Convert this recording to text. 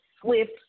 swift